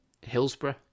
Hillsborough